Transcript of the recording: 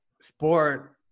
sport